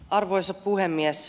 arvoisa puhemies